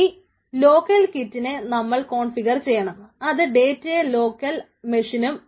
ഇനി ലോക്കൽ കിറ്റിനെ ചെയ്യാൻ സഹായിക്കും